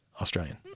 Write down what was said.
Australian